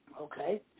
Okay